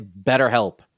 BetterHelp